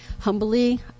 humbly